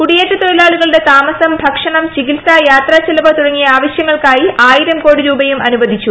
കുടിയേറ്റ തൊഴിലാളികളുടെ താമസം ഭക്ഷണം ചികിത്സ യാത്രെച്ചെലവ് തുടങ്ങിയ ആവശ്യങ്ങൾക്കായി ആയിരം കോടി രൂപയും അനുവദിച്ചു